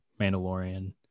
Mandalorian